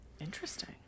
Interesting